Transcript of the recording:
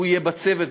והוא יהיה בצוות,